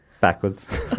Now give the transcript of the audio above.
Backwards